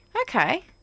Okay